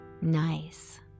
nice